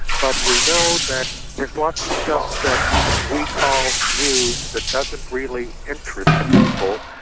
but we know that there is lots of stuff that we call news that doesn't really interest people,